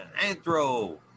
Anthro